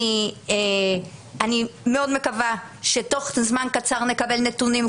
אני מאוד מקווה שתוך זמן קצר נקבל נתונים,